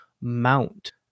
Mount